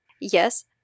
Yes